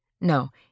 No